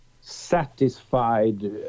satisfied